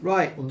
Right